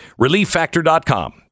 Relieffactor.com